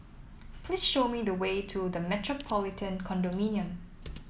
please show me the way to The Metropolitan Condominium